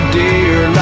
dear